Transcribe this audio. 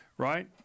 Right